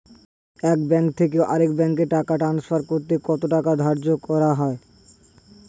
এক ব্যাংক থেকে আরেক ব্যাংকে টাকা টান্সফার করতে কত টাকা ধার্য করা হয়?